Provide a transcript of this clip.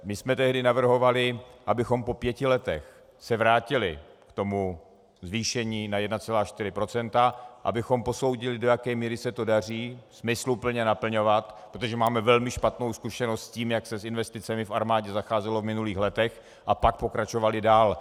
My jsme tehdy navrhovali, abychom po pěti letech se vrátili k tomu zvýšení na 1,4 %, abychom posoudili, do jaké míry se to daří smysluplně naplňovat, protože máme velmi špatnou zkušenost s tím, jak se s investicemi v armádě zacházelo v minulých letech, a pak pokračovali dál.